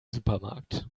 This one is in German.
supermarkt